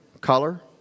Color